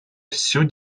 всю